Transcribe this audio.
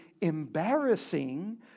embarrassing